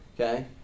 Okay